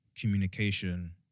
communication